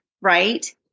Right